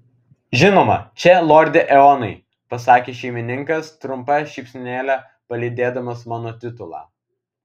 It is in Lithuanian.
žinoma čia lorde eonai pasakė šeimininkas trumpa šypsenėle palydėdamas mano titulą